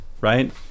right